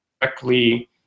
directly